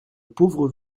pauvre